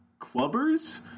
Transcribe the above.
clubbers